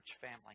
family